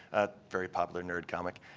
ah very popular nerd comic,